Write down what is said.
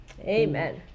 Amen